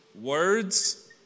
Words